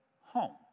home